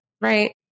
right